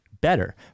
better